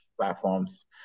platforms